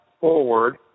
forward